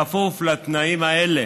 כפוף לתנאים האלה,